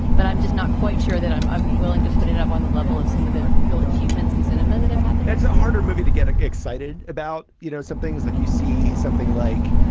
but i'm just not quite sure that i'm i'm willing to put it up on the level of some of the real achievements in cinema that have happened it's a harder movie to get excited about. you know, some things like you see something like,